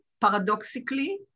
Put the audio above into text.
paradoxically